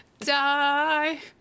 die